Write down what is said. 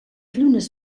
llunes